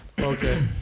Okay